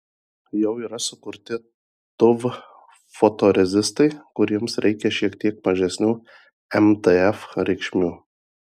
jau yra sukurti tuv fotorezistai kuriems reikia šiek tiek mažesnių mtf reikšmių